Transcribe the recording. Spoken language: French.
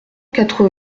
quatre